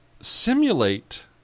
simulate